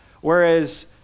whereas